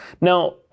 Now